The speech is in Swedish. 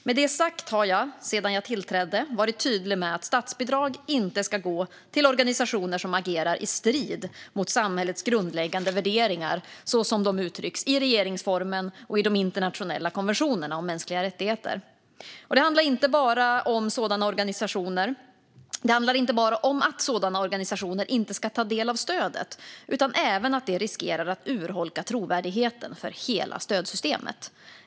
Med det sagt har jag sedan jag tillträdde varit tydlig med att statsbidrag inte ska gå till organisationer som agerar i strid mot samhällets grundläggande värderingar, så som de uttrycks i regeringsformen och i de internationella konventionerna om mänskliga rättigheter. Det handlar inte bara om att sådana organisationer inte ska ta del av stödet utan även om att det riskerar att urholka trovärdigheten för hela stödsystemet.